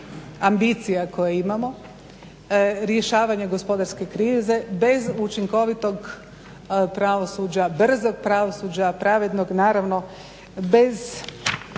ambicija koje imamo, rješavanje gospodarske krize bez učinkovitog pravosuđa, brzog pravosuđa, pravednog naravno, bez